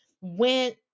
went